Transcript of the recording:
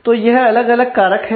तो यह अलग अलग कारक है